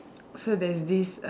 so there is this uh